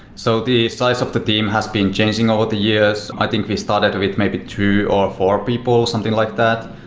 so the size of the team has been changing over the years. ah think we started with maybe two or four people or something like that.